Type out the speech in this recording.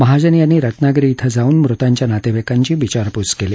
महाजन यांनी रत्नागिरी क्रिं जाऊन मृतांच्या नातेवाईकांची विचारपूस केली